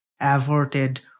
averted